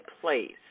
place